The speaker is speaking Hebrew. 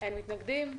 אין מתנגדים.